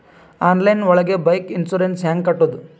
Online ಒಳಗೆ bike insurance ಹ್ಯಾಂಗ್ ಕಟ್ಟುದು?